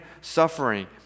suffering